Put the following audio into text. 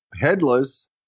Headless